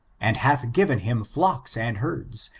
and hath given him flocks and herds,